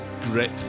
grip